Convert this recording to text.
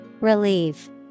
Relieve